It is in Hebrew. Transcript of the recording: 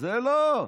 זה לא.